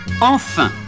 Enfin